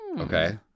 Okay